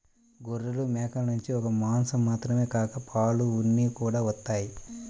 గొర్రెలు, మేకల నుంచి ఒక్క మాసం మాత్రమే కాక పాలు, ఉన్ని కూడా వత్తయ్